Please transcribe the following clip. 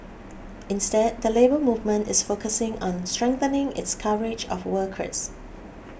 instead the Labour Movement is focusing on strengthening its coverage of workers